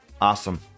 Awesome